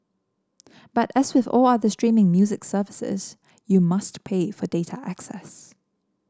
but as with all other streaming music services you must pay for data access